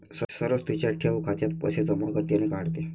सरोज तिच्या ठेव खात्यात पैसे जमा करते आणि काढते